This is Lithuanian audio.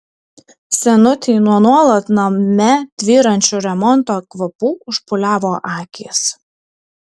senutei nuo nuolat name tvyrančių remonto kvapų užpūliavo akys